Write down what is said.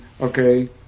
okay